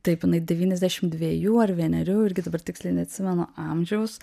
taip jinai devyniasdešim dviejų ar vienerių irgi dabar tiksliai neatsimenu amžiaus